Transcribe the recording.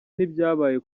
n’ibyabaye